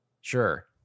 Sure